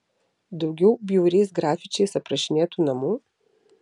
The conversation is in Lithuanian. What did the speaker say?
daugiau bjauriais grafičiais aprašinėtų namų